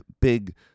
big